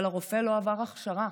אבל הרופא לא עבר הכשרה,